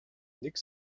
нэг